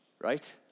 Right